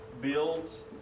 builds